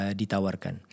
ditawarkan